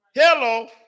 Hello